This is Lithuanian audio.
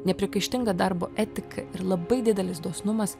nepriekaištinga darbo etika ir labai didelis dosnumas